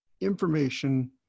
information